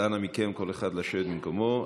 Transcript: אנא מכם, כל אחד לשבת במקומו.